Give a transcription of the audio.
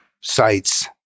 sites